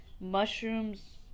mushrooms